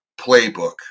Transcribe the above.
playbook